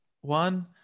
one